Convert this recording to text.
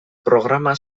programa